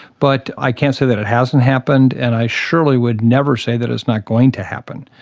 but i can't say that it hasn't happened, and i surely would never say that it's not going to happen.